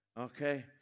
Okay